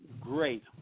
great